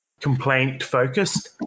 complaint-focused